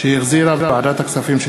שהחזירה ועדת הכספים.